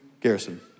garrison